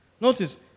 Notice